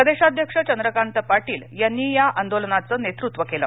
प्रदेशाध्यक्ष चंद्रकांत पाटील यांनी या आंदोलनाचं नेतृत्व केलं